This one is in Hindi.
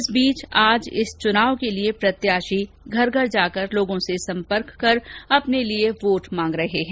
इस बीच आज इस चुनाव के लिए प्रत्याशी घर घर जाकर लोगों से संपर्क कर अपने लिए वोट मांग रहे हैं